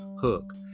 hook